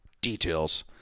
details